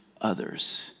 others